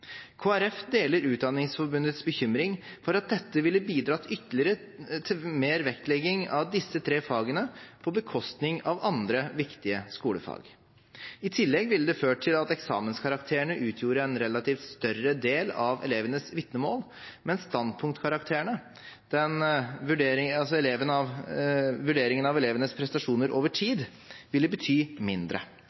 deler Utdanningsforbundets bekymring for at dette ville ha bidratt ytterligere til mer vektlegging av disse tre fagene på bekostning av andre viktige skolefag. I tillegg ville det ha ført til at eksamenskarakterene utgjorde en relativt større del av elevenes vitnemål, mens standpunktkarakterene, vurderingen av elevenes prestasjoner over tid, ville bety mindre.